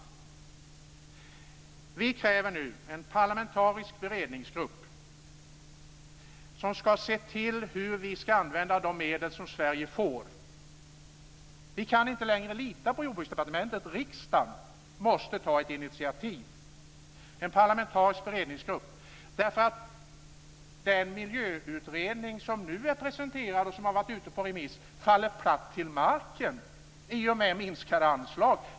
För det andra kräver vi en parlamenatisk beredningsgrupp som ska se till hur vi ska använda de medel som Sverige får. Riksdagen måste ta initiativ till en parlamentarisk beredningsgrupp. Den miljöutredning som nu är presenterad och som varit ute på remiss faller ju platt till marken i och med minskade anslag.